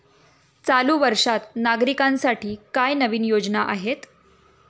चालू वर्षात नागरिकांसाठी काय नवीन योजना आहेत?